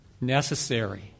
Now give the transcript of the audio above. necessary